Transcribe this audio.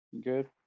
Good